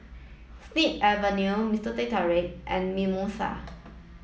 snip Avenue Mister Teh Tarik and Mimosa